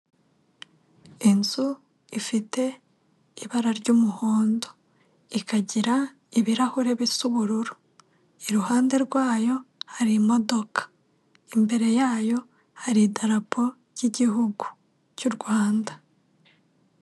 Inzu ifite ibara ry'umuhondo ikagira ibirahuri bisa'ubururu iruhande rwayo hari imodoka imbere yayo hari idarapo ry'igihugu cy'u Rwanda.